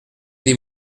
des